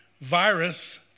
virus